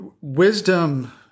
wisdom